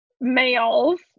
males